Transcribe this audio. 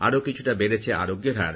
আরও কিছুটা বেড়েছে আরোগ্যের হার